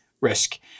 risk